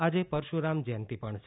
આજે પરશુરામ જયંતિ પણ છે